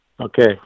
Okay